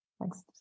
thanks